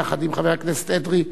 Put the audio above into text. יחד עם חבר הכנסת אדרי,